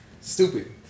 Stupid